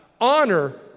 honor